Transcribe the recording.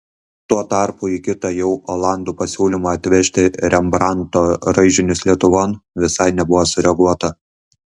tuo tarpu į kitą jau olandų pasiūlymą atvežti rembrandto raižinius lietuvon visai nebuvo sureaguota